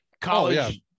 college